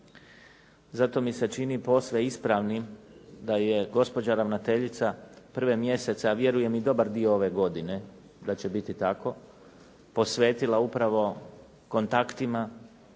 Zato mi se čini posve ispravnim da je gospođa ravnateljica prvi mjesece, a dobar dio i ove godine, da će biti tako, posvetila upravo kontaktima,